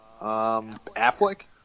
Affleck